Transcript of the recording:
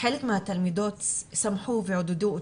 חלק מהתלמידות שמחו ועודדו אותי,